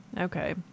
Okay